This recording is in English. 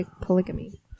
polygamy